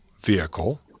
vehicle